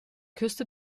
küste